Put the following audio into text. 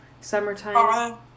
Summertime